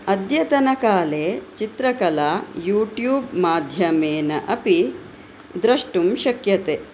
अद्यतनकाले चित्रकला यूट्यूब् माध्यमेन अपि द्रष्टुं शक्यते